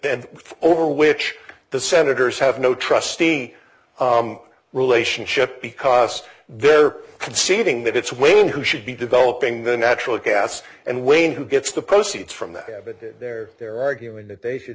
bend over which the senators have no trustee relationship because they're conceding that it's way in who should be developing the natural gas and wayne who gets the proceeds from that abbott there they're arguing that they should